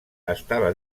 estava